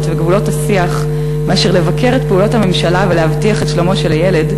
וגבולות השיח מאשר לבקר את פעולות הממשלה ולהבטיח את שלומו של הילד,